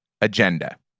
agenda